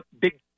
big